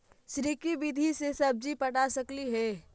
Sprinkle विधि से सब्जी पटा सकली हे?